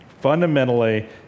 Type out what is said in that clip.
Fundamentally